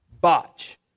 botch